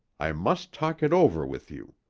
i must talk it over with you.